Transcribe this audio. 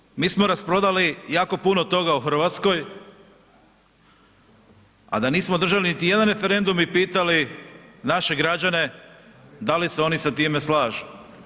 Nažalost, mi smo rasprodali jako puno toga u Hrvatskoj, a da nismo održali niti jedan referendum i pitali naše građane da li se oni sa time slažu.